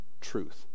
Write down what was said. truth